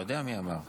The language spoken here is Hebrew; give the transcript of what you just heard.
אתה יודע מי אמר קטן?